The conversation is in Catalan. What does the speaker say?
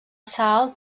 salt